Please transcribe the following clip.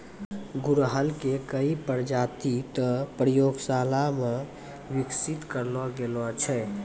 गुड़हल के कई प्रजाति तॅ प्रयोगशाला मॅ विकसित करलो गेलो छै